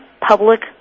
Public